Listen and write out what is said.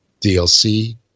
DLC